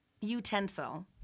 utensil